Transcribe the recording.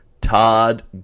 Todd